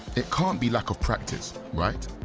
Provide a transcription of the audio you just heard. it can't be lack of practice. right?